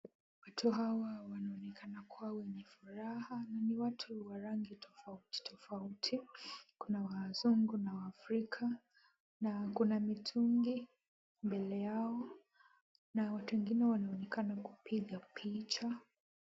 Watu hawa wanaonekana kuwa wenye furaha na ni watu wa rangi tofauti tofauti. Kuna wazungu na waafrika. Na kuna mitungi mbele yao na watu wengine wanaonekana kupiga picha.